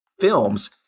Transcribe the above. films